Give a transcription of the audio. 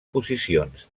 posicions